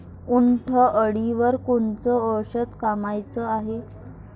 उंटअळीवर कोनचं औषध कामाचं हाये?